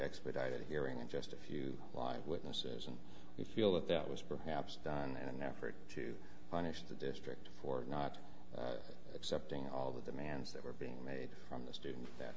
expedited hearing and just a few live witnesses and we feel that that was perhaps done in an effort to punish the district for not accepting all the demands that were being made from the students that